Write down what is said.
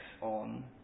on